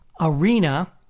arena